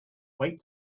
wait